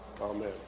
Amen